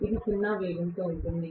ఇది సున్నా వేగంతో ఉంటుంది